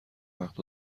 وقت